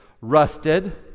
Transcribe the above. rusted